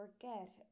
forget